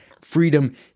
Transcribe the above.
freedom